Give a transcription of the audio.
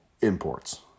imports